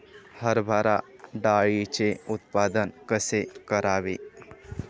हरभरा डाळीचे उत्पादन कसे करावे?